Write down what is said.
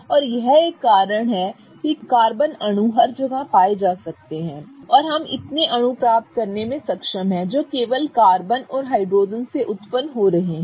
और यह एक कारण है कि कार्बन अणु हर जगह पाए जा सकते हैं और हम इतने अणु प्राप्त करने में सक्षम हैं जो केवल कार्बन और हाइड्रोजन से उत्पन्न हो रहे हैं